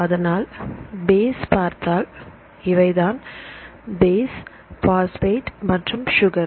அதனால் பேஸ் பார்த்தாள் இவைதான் பேஸ் பாஸ்பேட் மற்றும் சுகர்